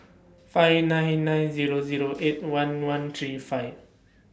five nine nine Zero Zero eight one one three five